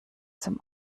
zum